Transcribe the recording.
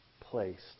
placed